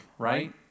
right